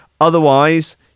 Otherwise